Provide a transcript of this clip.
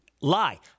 lie